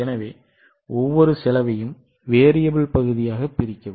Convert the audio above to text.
எனவே ஒவ்வொரு செலவையும் மாறி பகுதியாக பிரிக்கவும்